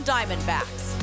Diamondbacks